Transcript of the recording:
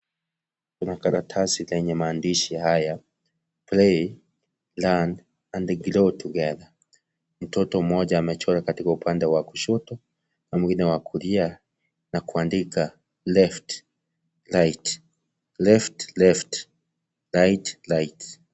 Kuna karatasi lenye maadishi haya play, learn and grow together mtoto mmoja amechorwa kwenye upande wa kushoto na mwingine wa kulia na kuandika left, right, left ,left ,right ,aright .